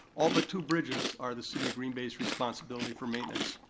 all but two bridges are the city of green bay's responsibility for maintenance.